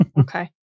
okay